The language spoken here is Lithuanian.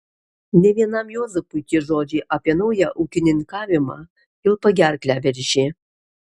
ne vienam juozapui tie žodžiai apie naują ūkininkavimą kilpa gerklę veržė